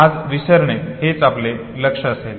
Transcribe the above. आज विसरणे हेच प्रामुख्याने आपले लक्ष असेल